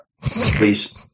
please